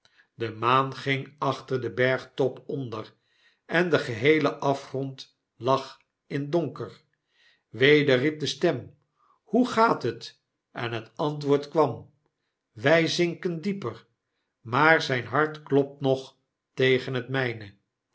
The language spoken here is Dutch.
de maan ging achter den bergtop onder en de geheele afgrond lag in donker weder riep de stem hoe gaat het en het antwoord kwam wy zinken dieper maar zijn hart klopt nog tegen het myne